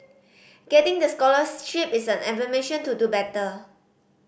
getting the scholarship is an affirmation to do better